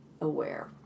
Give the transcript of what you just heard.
aware